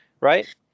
Right